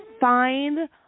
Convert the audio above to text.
find